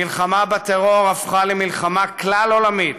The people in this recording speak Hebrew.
המלחמה בטרור הפכה למלחמה כלל-עולמית,